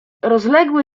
rozległy